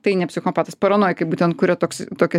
tai ne psichopatas paranojikai būtent kuria toks tokią